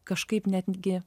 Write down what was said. kažkaip netgi